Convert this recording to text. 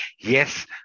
Yes